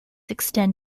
extend